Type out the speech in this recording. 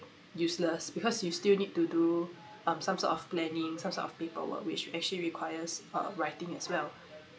useless because you still need to do um some sort of planning some sort of paperwork which actually requires uh writing as well